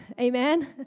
Amen